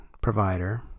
provider